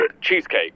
cheesecake